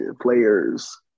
players